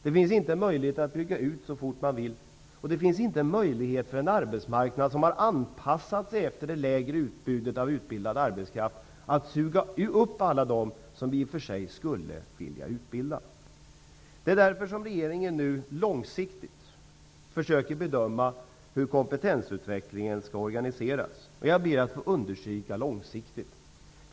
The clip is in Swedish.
Det finns inte möjlighet att bygga ut så fort man vill, och det finns inte möjlighet för en arbetsmarknad som har anpassat sig efter det lägre utbudet av utbildad arbetskraft att suga upp alla dem som vi i och för sig skulle vilja utbilda. Det är därför regeringen nu långsiktigt försöker bedöma hur kompetensutvecklingen skall organiseras. Jag ber att få understryka ''långsiktigt''.